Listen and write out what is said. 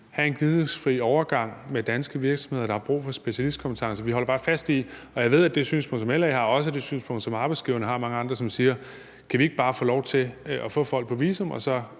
have en gnidningsfri overgang til danske virksomheder, der har brug for specialistkompetencer. Jeg ved, at et synspunkt, som LA også har, og som også arbejdsgiverne har, er: Kan vi ikke bare få lov til at få folk på visum